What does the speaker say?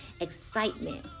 excitement